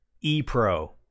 E-Pro